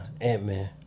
Ant-Man